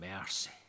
mercy